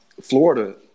Florida